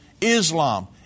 Islam